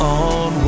on